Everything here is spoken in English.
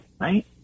right